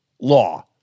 law